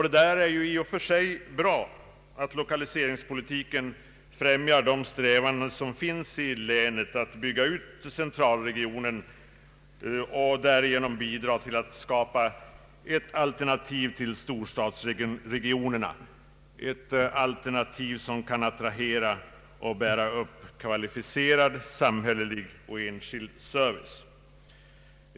Det är i och för sig bra att Ilokaliseringspolitiken främjar de strävanden som finns i länet att bygga ut centralregionen och därigenom bidrar till att skapa ett alternativ till storstadsregionerna, ett alternativ som kan attrahera och bära upp kvalificerad samhällelig och enskild service.